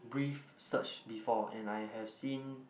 brief search before and I have seen